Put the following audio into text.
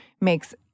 makes